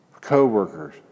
co-workers